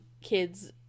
kids